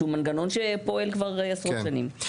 שפועל כבר עשרות שנים.